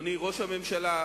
הממשלה,